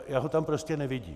Já ho tam prostě nevidím.